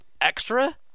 extra